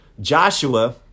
joshua